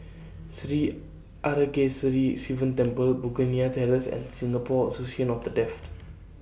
Sri Arasakesari Sivan Temple Begonia Terrace and Singapore Association of The Deaf